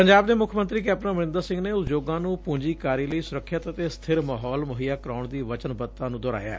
ਪੰਜਾਬ ਦੇ ਮੁੱਖ ਮੰਤਰੀ ਕੈਪਟਨ ਅਮਰਿੰਦਰ ਸਿੰਘ ਨੇ ਉਦਯੋਗਾਂ ਨੂੰ ਪੂੰਜੀਕਾਰੀ ਲਈ ਸੁਰੱਖਿਅਤ ਅਤੇ ਸਬਿਰ ਮਾਹੌਲ ਮੁਹੱਈਆ ਕਰਾਉਣ ਦੀ ਵਚਨਬੱਧਤਾ ਨੂੰ ਦੁਹਰਾਇਐ